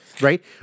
Right